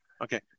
Okay